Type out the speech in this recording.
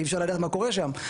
אי אפשר לדעת מה קורה שם.